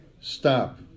Stop